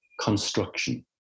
construction